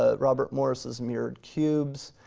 ah robert morris's mirrored cubes,